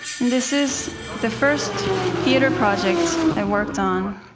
and this is the first theater project i worked on.